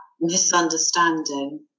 misunderstanding